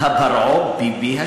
פרעה ביבי השני,